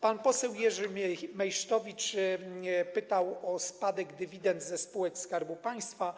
Pan poseł Jerzy Meysztowicz pytał o spadek dywidend ze spółek Skarbu Państwa.